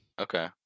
okay